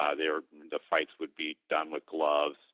ah there the fights would be done with gloves,